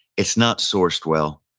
it's not sourced well.